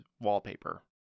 wallpaper